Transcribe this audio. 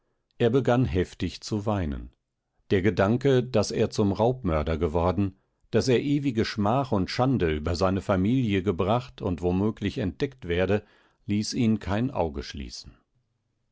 er begann heftig zu weinen der gedanke daß er zum raubmörder geworden daß er ewige schmach und schande über seine familie gebracht und womöglich entdeckt werde ließ ihn kein auge schließen